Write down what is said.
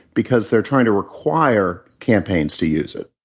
because they're trying to require campaigns to use it.